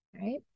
right